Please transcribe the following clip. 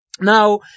Now